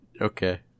Okay